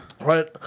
Right